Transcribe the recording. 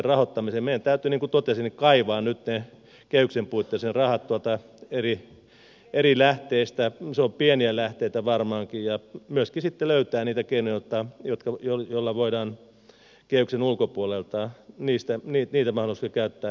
meidän täytyy niin kuin totesin kaivaa nyt kehyksen puitteissa rahat tuolta eri lähteistä ne ovat pieniä lähteitä varmaankin ja myöskin sitten täytyy löytää niitä keinoja joilla voidaan kehyksen ulkopuolelta niitä mahdollisuuksia käyttää hyväksi